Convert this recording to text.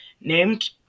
named